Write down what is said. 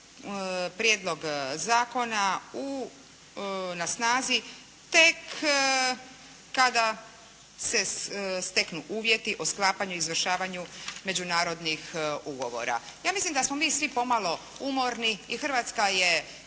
prijedlog zakona na snazi tek kada se steknu uvjeti o sklapanju i izvršavanju međunarodnih ugovora. Ja mislim da smo mi svi pomalo umorni i Hrvatska je